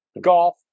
golf